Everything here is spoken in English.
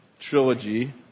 trilogy